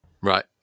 Right